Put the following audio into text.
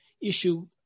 issue